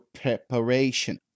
preparation